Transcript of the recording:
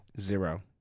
Zero